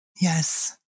Yes